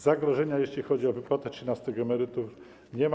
Zagrożenia, jeśli chodzi o wypłatę trzynastych emerytur, nie ma.